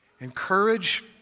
Encourage